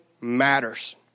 matters